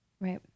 Right